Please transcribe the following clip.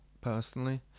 personally